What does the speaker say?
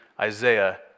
Isaiah